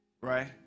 right